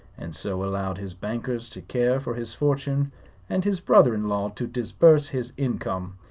and so allowed his bankers to care for his fortune and his brother-in-law to disburse his income,